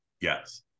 Yes